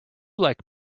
like